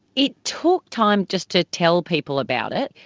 it took time just to tell people about it,